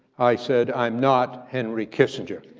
i said, i'm not henry kissinger.